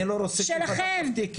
אני לא רוצה שיפתח אף תיק,